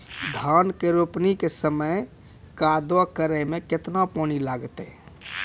धान के रोपणी के समय कदौ करै मे केतना पानी लागतै?